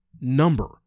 number